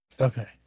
Okay